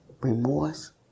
remorse